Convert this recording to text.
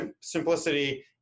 simplicity